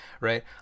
right